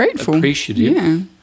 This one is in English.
appreciative